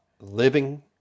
living